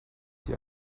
die